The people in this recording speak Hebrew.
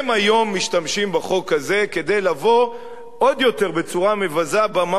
הם היום משתמשים בחוק הזה כדי לבוא בצורה מבזה עוד יותר,